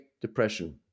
Depression